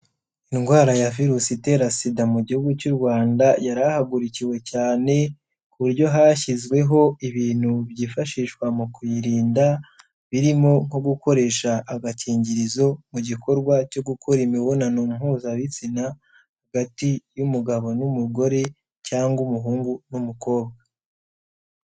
Indwara ya virusi itera SIDA mu gihugu cy'u Rwanda yarahagururikiwe cyane, ku buryo hashyizweho ibintu byifashishwa mu kuyirinda, birimo nko gukoresha agakingirizo mu gikorwa cyo gukora imibonano mpuzabitsina, hagati y'umugabo n'umugore cyangwa umuhungu n'umukobwa.